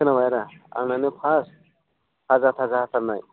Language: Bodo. खोनाबाय आदा आंनानो फार्स्ट थाजा थाजा हाथारनाय